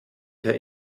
herr